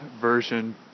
version